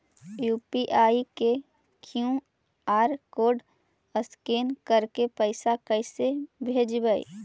UPI के QR code scan करके पैसा कैसे भेजबइ?